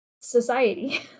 society